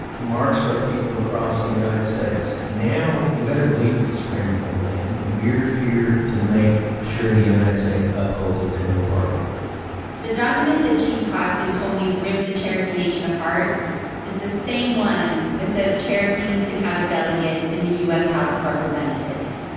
marched our people across the united states, now you better believe it's the supreme law of the land. and we're here to make sure the united states upholds its end of the bargain the document that chief hoskin told me ripped the cherokee nation apart is the same one that says cherokees can have a delegate in the u s. house of representatives.